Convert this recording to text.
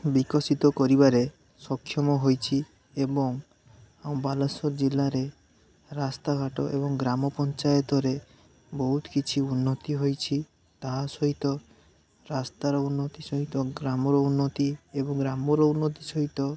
ବିକଶିତ କରିବାରେ ସକ୍ଷମ ହୋଇଛି ଏବଂ ଆମ ବାଲେଶ୍ୱର ଜିଲ୍ଲାରେ ରାସ୍ତା ଘାଟ ଏବଂ ଗ୍ରାମ ପଞ୍ଚାୟତରେ ବହୁତ କିଛି ଉନ୍ନତି ହୋଇଛି ତାହା ସହିତ ରାସ୍ତାର ଉନ୍ନତି ସହିତ ଗ୍ରାମର ଉନ୍ନତି ଏବଂ ଗ୍ରାମର ଉନ୍ନତି ସହିତ